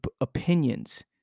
opinions